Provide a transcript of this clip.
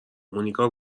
مونیکا